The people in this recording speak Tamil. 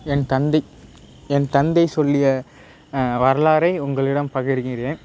என் தந்தை என் தந்தை சொல்லிய வரலாற்றை உங்களிடம் பகிர்கிறேன்